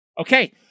Okay